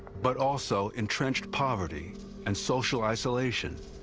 but also entrenched poverty and social isolation,